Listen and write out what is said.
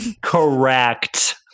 correct